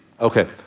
Okay